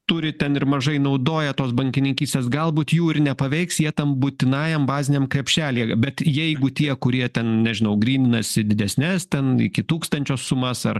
turi ten ir mažai naudoja tos bankininkystės galbūt jų ir nepaveiks jie tam būtinajam baziniam krepšelyje bet jeigu tie kurie ten nežinau gryninasi didesnes ten iki tūkstančio sumas ar